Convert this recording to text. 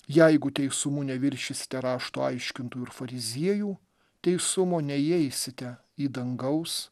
jeigu teisumu neviršysite rašto aiškintojų ir fariziejų teisumo neįeisite į dangaus